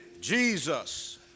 Jesus